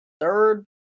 third